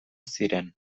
ziren